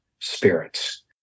spirits